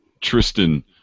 Tristan